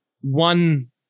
one